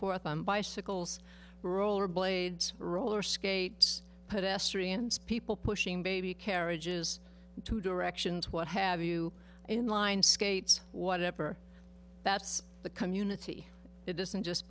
forth on bicycles roller blades roller skates pedestrians people pushing baby carriages two directions what have you inline skates whatever that's the community it isn't just